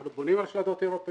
אנחנו בונים על שלדות אירופיות,